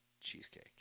cheesecake